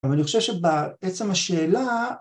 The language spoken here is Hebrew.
אבל אני חושב שבעצם השאלה